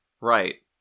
Right